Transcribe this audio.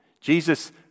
Jesus